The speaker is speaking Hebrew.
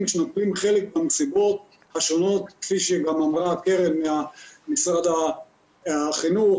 שנוטלים חלק במסיבות השונות כפי שאמרה קרן ממשרד החינוך